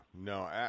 no